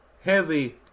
heavy